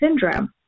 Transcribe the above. syndrome